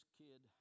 kid